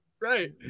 right